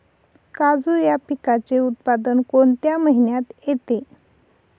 काजू या पिकाचे उत्पादन कोणत्या महिन्यात येते?